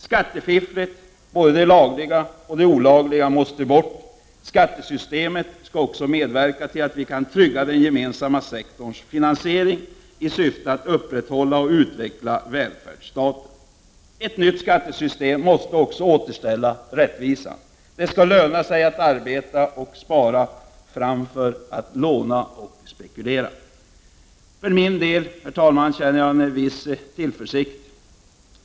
Skattefifflet, både det lagliga och det olagliga, måste bort. Skattesystemet skall också medverka till att vi kan trygga den gemensamma sektorns finansiering i syfte att upprätthålla och utveckla välfärdsstaten. Ett nytt skattesystem måste också återställa rättvisan. Det skall löna sig att arbeta och spara framför att låna och spekulera. Herr talman! För min del känner jag en viss tillförsikt.